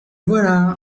voilà